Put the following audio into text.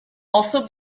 also